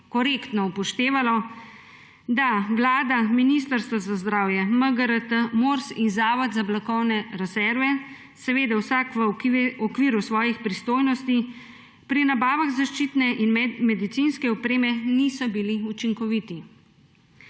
korektno upoštevalo, Vlada, Ministrstvo za zdravje, MGRT, Mors in Zavod za blagovne rezerve, seveda vsak v okviru svojih pristojnosti, pri nabavah zaščitne in medicinske opreme niso bili učinkoviti.